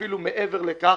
ואפילו מעבר לכך